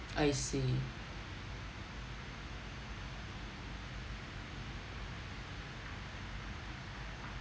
I see